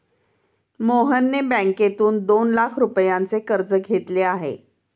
मोहनने बँकेतून दोन लाख रुपयांचे कर्ज घेतले आहे